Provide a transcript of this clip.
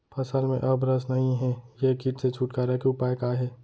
फसल में अब रस नही हे ये किट से छुटकारा के उपाय का हे?